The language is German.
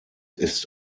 ist